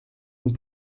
und